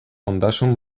ondasun